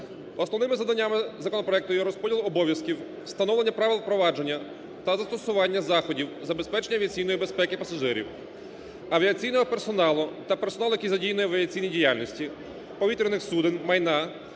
Основними завданнями законопроекту є розподіл обов'язків, встановлення правил провадження та застосування заходів з забезпечення авіаційної безпеки пасажирів, авіаційного персоналу та персоналу, який задіяний в авіаційній діяльності, повітряних суден, майна,